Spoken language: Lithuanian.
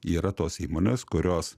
yra tos įmonės kurios